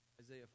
Isaiah